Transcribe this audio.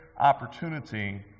opportunity